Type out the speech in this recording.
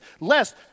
lest